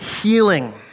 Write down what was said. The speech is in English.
healing